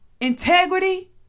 integrity